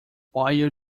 while